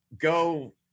go